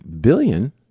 billion